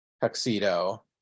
tuxedo